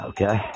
Okay